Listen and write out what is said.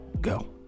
go